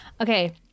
Okay